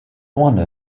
wonder